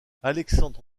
alexandre